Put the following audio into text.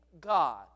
God